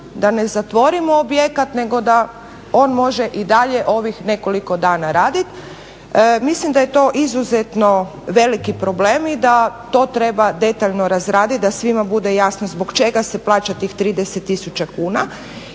da ne zatvorimo objekat nego da on može i dalje ovih nekoliko dana raditi. Mislim da je to izuzetno veliki problem i da to treba detaljno razradit da svima bude jasno zbog čega se plaća tih 30 tisuća